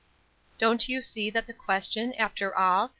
don't you see that the question, after all,